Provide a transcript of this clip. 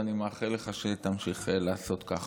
ואני מאחל לך שתמשיך לעשות ככה.